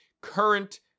current